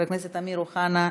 חבר הכנסת אמיר אוחנה,